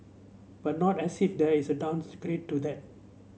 but not as if there is a to that